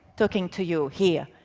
talking to you, here,